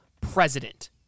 president